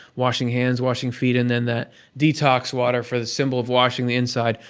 washing hands, washing feet, and then that detox water for the symbol of washing the inside.